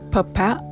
Papa